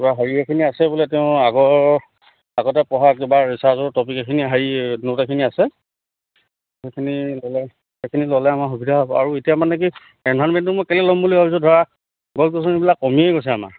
কিবা হেৰি এইখিনি আছে বোলে তেওঁ আগৰ আগতে পঢ়া কিবা ৰিচাৰ্ছৰ টপিক এইখিনি হেৰি নোট এইখিনি আছে সেইখিনি ল'লে সেইখিনি ল'লে আমাৰ সুবিধা হ'ব আৰু এতিয়া মানে কি এনভাইৰনমেণ্টটো মই কেনেকে ল'ম বুলি ভাবিছোঁ ধৰা গছ গছনি বিলাক কমিয়েই গৈছে আমাৰ